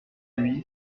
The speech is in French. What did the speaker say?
lui